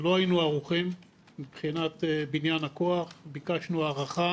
לא היינו ערוכים מבחינת בניין הכוח, ביקשנו הארכה